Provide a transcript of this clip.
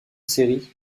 série